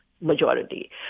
majority